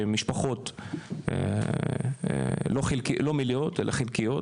שמשפחות לא מלאות אלא חלקיות,